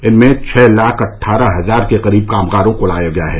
इनसे छह लाख अट्ठारह हजार के करीब कामगारों को लाया गया है